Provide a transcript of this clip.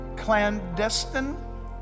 clandestine